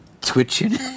twitching